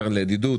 הקרן לידידות